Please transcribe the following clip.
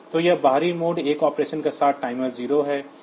तो यह बाहरी मोड 1 ऑपरेशन के साथ टाइमर 0 है